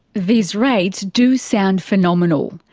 these rates do sound phenomenal,